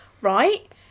right